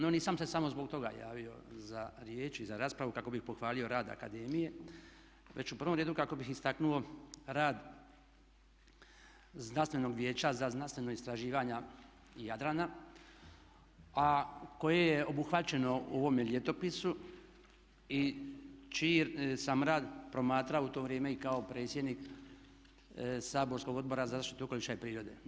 No, nisam se samo zbog toga javio za riječ i za raspravu kako bi pohvalio rad akademije, već u prvom redu kako bih istaknuo rad Znanstvenog vijeća za znanstveno istraživanje Jadrana, a koje je obuhvaćeno u ovome Ljetopisu i čiji sam rad promatrao u to vrijeme i kao predsjednik saborskog Odbora za zaštitu okoliša i prirode.